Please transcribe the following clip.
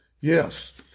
Yes